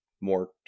more